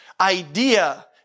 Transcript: idea